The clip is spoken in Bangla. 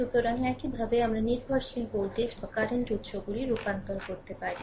সুতরাং একইভাবে আমরা নির্ভরশীল ভোল্টেজ বা কারেন্ট উত্সগুলিতে রূপান্তর করতে পারি